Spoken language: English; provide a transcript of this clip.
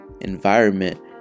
environment